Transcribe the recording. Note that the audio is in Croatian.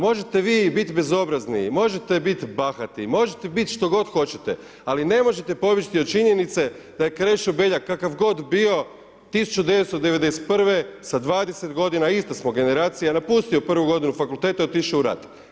Možete vi biti bezobrazni, možete biti bahati, možete biti što god hoćete, ali ne možete pobjeći od činjenice da je Krešo Beljak, kakav god bio 1991. sa 20 g. ista smo generacija, napustio 1. g. fakulteta i otišao u rat.